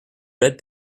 red